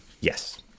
Yes